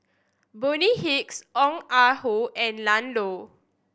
Bonny Hicks Ong Ah Hoi and Ian Loy